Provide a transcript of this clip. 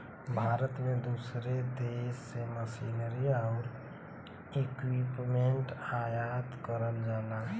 भारत में दूसरे देश से मशीनरी आउर इक्विपमेंट आयात करल जाला